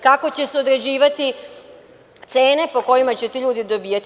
Kako će se određivati cene po kojima će ti ljudi dobijati?